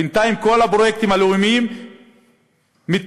בינתיים כל הפרויקטים הלאומיים מתקדמים,